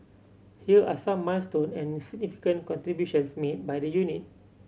here are some milestone and significant contributions made by the unit